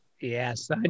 Yes